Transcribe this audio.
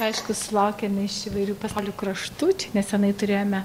aišku sulaukiame iš įvairių pasaulio kraštų čia nesenai turėjome